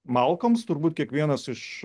malkoms turbūt kiekvienas iš